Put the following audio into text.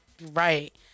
Right